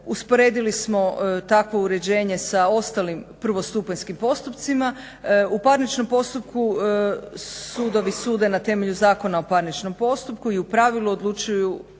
Usporedili smo takvo uređenje sa ostalim prvostupanjskim postupcima. U parničnom postupku sudovi sude na temelju Zakona o parničnom postupku i u pravilu odlučuju